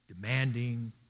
Demanding